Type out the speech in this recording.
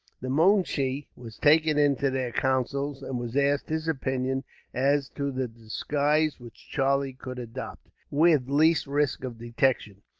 the moonshee was taken into their counsels, and was asked his opinion as to the disguise which charlie could adopt, with least risk of detection.